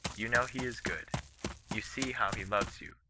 you know he is good you see how he loves you,